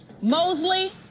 Mosley